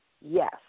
Yes